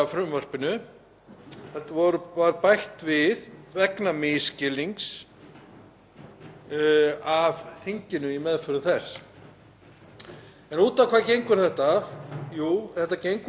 Út á hvað gengur þetta? Jú, þetta gengur út á það að það er ákveðið misræmi í því hvernig meðlög eru meðhöndluð þegar fólk býr erlendis.